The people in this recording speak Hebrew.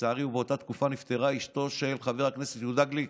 ולצערי באותה תקופה נפטרה אשתו של חבר הכנסת יהודה גליק.